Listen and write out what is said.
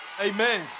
Amen